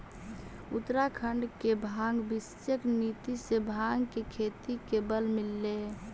उत्तराखण्ड के भाँग विषयक नीति से भाँग के खेती के बल मिलले हइ